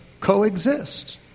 coexist